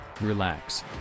relax